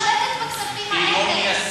היא שולטת בכספים האלה.